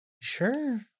Sure